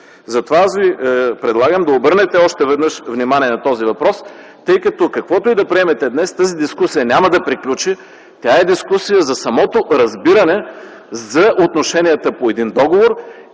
Затова предлагам още веднъж да обърнете внимание на този въпрос, тъй като каквото и да приемете днес тази дискусия няма да приключи. Това е дискусия за самото разбиране за отношенията по един договор